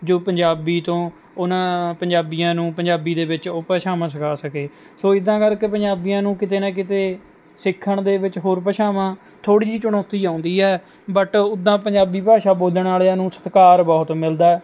ਜੋ ਪੰਜਾਬੀ ਤੋਂ ਉਨ੍ਹਾਂ ਪੰਜਾਬੀਆਂ ਨੂੰ ਪੰਜਾਬੀ ਦੇ ਵਿੱਚ ਉਹ ਭਾਸ਼ਾਵਾਂ ਸਿਖਾ ਸਕੇ ਸੋ ਇੱਦਾਂ ਕਰਕੇ ਪੰਜਾਬੀਆਂ ਨੂੰ ਕਿਤੇ ਨਾ ਕਿਤੇ ਸਿੱਖਣ ਦੇ ਵਿੱਚ ਹੋਰ ਭਾਸ਼ਾਵਾਂ ਥੋੜ੍ਹੀ ਜਿਹੀ ਚੁਣੌਤੀ ਆਉਂਦੀ ਹੈ ਬਟ ਉੱਦਾਂ ਪੰਜਾਬੀ ਭਾਸ਼ਾ ਬੋਲਣ ਵਾਲਿਆਂ ਨੂੰ ਸਤਿਕਾਰ ਬਹੁਤ ਮਿਲਦਾ ਹੈ